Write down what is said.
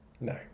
No